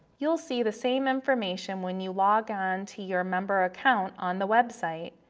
you'll see the same information when you login to your member account on the website.